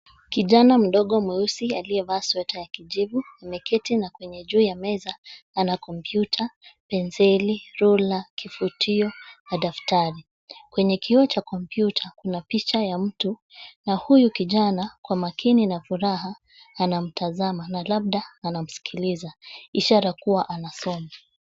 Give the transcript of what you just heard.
Kijana mdogo mweusi aliyevaa sweta ya kujivu ameketi na kwenye juu ya meza ana kompyuta, penseli ruler kifutio na daftari. Kwenye kioo cha kompyuta, kuna picha ya mtu na huyu kijana kwa makini na furaha, anamtazama na labda anamsikiliza ishara kuwa anasoma.